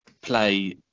play